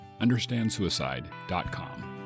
understandsuicide.com